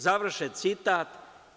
Završen citat.